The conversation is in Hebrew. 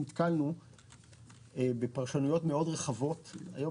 אנשים היום